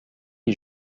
les